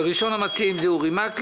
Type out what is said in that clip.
ראשון המציעים הוא חבר הכנסת אורי מקלב,